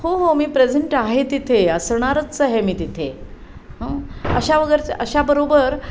हो हो मी प्रेझेंट आहे तिथे असणारच आहे मी तिथे अशा वगैरेच अशाबरोबर